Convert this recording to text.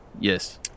Yes